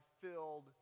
filled